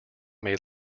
may